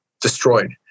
destroyed